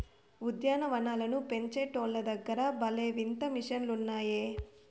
ఉద్యాన వనాలను పెంచేటోల్ల దగ్గర భలే వింత మిషన్లు ఉన్నాయే